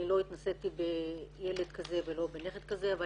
אני לא התנסיתי בילד כזה ולא בנכד כזה אבל